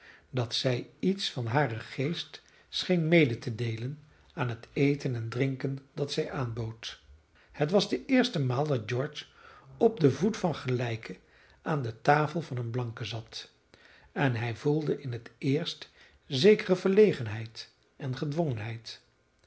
dat zij iets van haren geest scheen mede te deelen aan het eten en drinken dat zij aanbood het was de eerste maal dat george op den voet van gelijke aan de tafel van een blanke zat en hij voelde in het eerst zekere verlegenheid en